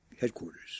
headquarters